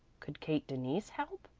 could kate denise help?